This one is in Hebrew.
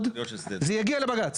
גם בחברה היהודית.